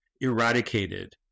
eradicated